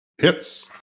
Hits